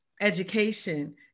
education